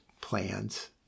plans